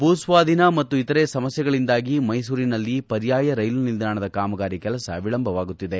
ಭೂಸ್ವಾಧೀನ ಮತ್ತು ಇತರೆ ಸಮಸ್ಥೆಗಳಿಂದಾಗಿ ಮೈಸೂರಿನಲ್ಲಿ ಪರ್ಯಾಯ ಕೈಲು ನಿಲ್ದಾಣದ ಕಾಮಗಾರಿ ಕೆಲಸ ವಿಳಂಬವಾಗುತ್ತಿದೆ